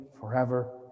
forever